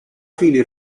fine